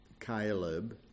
Caleb